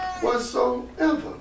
Whatsoever